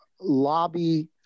lobby